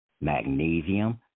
magnesium